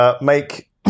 Make